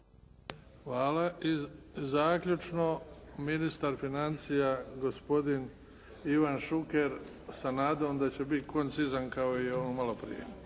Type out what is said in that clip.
Hvala. I zaključno, ministar financija gospodin Ivan Šuker sa nadom da će biti koncizan kao i malo prije.